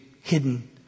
hidden